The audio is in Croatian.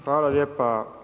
Hvala lijepa.